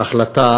ההחלטה